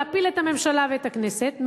להפיל את הממשלה ואת הכנסת.